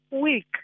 week